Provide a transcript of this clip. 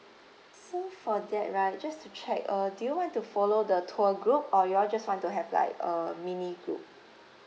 so for that right just to check uh do you want to follow the tour group or y'all just want to have like a mini group